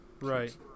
Right